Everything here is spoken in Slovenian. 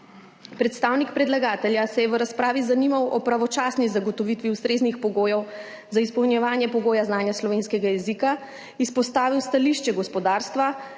Predstavnik predlagatelja se je v razpravi zanimal o pravočasni zagotovitvi ustreznih pogojev za izpolnjevanje pogoja znanja slovenskega jezika, izpostavil stališče gospodarstva,